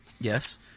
Yes